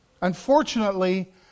Unfortunately